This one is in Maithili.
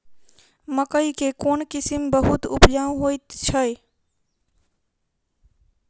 मकई केँ कोण किसिम बहुत उपजाउ होए तऽ अछि?